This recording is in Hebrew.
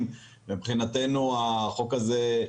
מבחינתנו, החוק הזה,